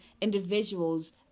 individuals